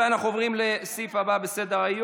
בעד, 48, אפס מתנגדים.